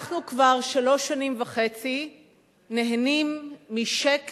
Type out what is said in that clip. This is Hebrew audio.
אנחנו כבר שלוש שנים וחצי נהנים משקט